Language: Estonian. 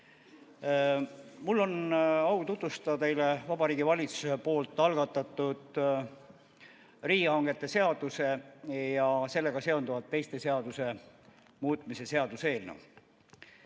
Mul on au tutvustada teile Vabariigi Valitsuse algatatud riigihangete seaduse muutmise ja sellega seonduvalt teiste seaduste muutmise seaduse eelnõu.